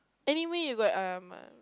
anyway you got